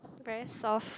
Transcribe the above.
very soft